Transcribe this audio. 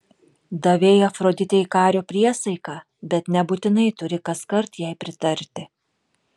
davei afroditei kario priesaiką bet nebūtinai turi kaskart jai pritarti